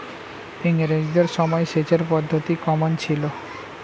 ইঙরেজদের সময় সেচের পদ্ধতি কমন ছিল?